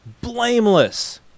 blameless